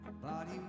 body